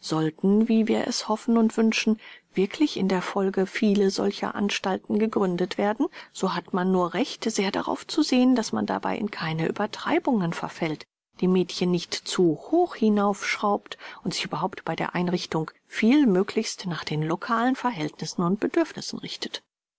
sollten wie wir es hoffen und wünschen wirklich in der folge viele solcher anstalten gegründet werden so hat man nur recht sehr darauf zu sehen daß man dabei in keine uebertreibungen verfällt die mädchen nicht zu hoch hinauf schraubt und sich überhaupt bei der einrichtung vielmöglichst nach den localen verhältnissen und bedürfnissen richtet